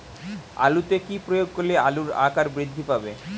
আলুতে কি প্রয়োগ করলে আলুর আকার বৃদ্ধি পাবে?